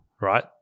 right